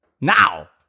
now